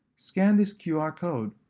scan this qr code.